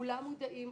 כולם מודעים,